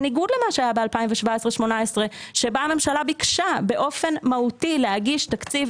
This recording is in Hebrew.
בניגוד למה שהיה ב-2017-18 שבה הממשלה ביקשה באופן מהותי להגיש תקציב